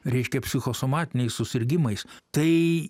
reiškia psichosomatiniais susirgimais tai